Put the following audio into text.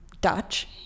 Dutch